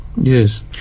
Yes